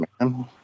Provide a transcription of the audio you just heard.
man